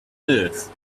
earth